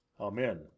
Amen